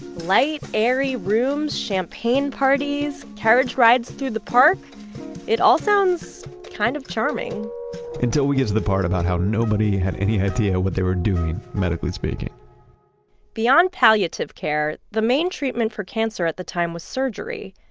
light airy rooms, champagne parties, carriage rides through the park it all sounds kind of charming until we get to the part about how nobody had any idea what they were doing, medically speaking beyond palliative care the main treatment for cancer at the time was surgery,